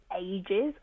ages